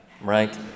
right